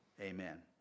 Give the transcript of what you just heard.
Amen